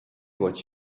what